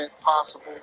possible